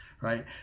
Right